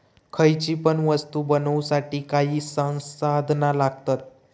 खयची पण वस्तु बनवुसाठी काही संसाधना लागतत